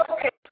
Okay